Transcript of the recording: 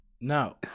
No